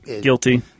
Guilty